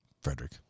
Frederick